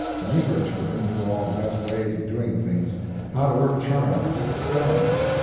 the negro children knew all the best ways of doing things how to work charms and spells,